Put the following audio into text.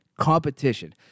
competition